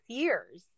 years